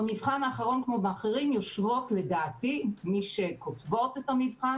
במבחן האחרון כמו באחרים יושבות לדעתי מי שכותבות את המבחן,